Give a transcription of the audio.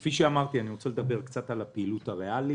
כפי שאמרתי אני רוצה לדבר קצת על הפעילות הריאלית.